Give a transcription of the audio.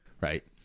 Right